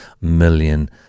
million